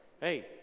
Hey